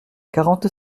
quarante